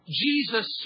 Jesus